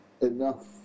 enough